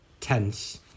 tense